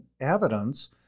evidence